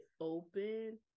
open